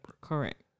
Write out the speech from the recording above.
Correct